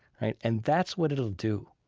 right, and that's what it'll do.